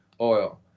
oil